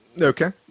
Okay